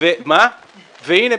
והנה,